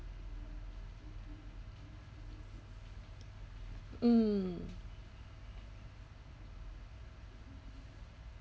mm